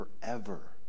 forever